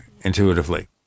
intuitively